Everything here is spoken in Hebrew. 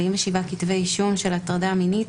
47 כתבי אישום של הטרדה מינית.